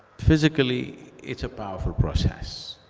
physically, it's a powerful process.